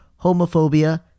homophobia